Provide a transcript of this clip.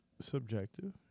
subjective